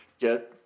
get